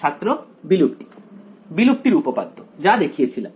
ছাত্র বিলুপ্তি বিলুপ্তির উপপাদ্য যা দেখিয়ে ছিলাম